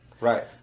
Right